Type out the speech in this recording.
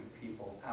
people